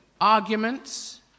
Arguments